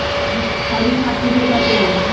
हरी खाद किसे कहते हैं?